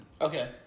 Okay